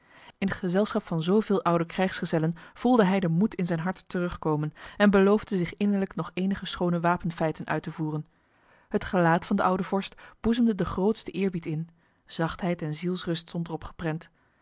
in het gezelschap van zoveel oude krijgsgezellen voelde hij de moed in zijn hart terugkomen en beloofde zich innerlijk nog enige schone wapenfeiten uit te voeren het gelaat van de oude vorst boezemde de grootste eerbied in zachtheid en zielsrust stond er op geprent